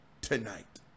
tonight